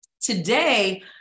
today